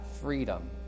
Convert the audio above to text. freedom